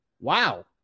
Wow